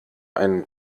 ein